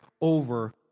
over